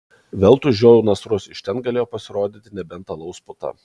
veltui žiojau nasrus iš ten galėjo pasirodyti nebent alaus puta